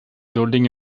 holding